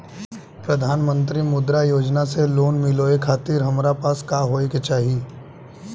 प्रधानमंत्री मुद्रा योजना से लोन मिलोए खातिर हमरा पास का होए के चाही?